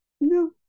no